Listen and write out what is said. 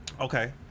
Okay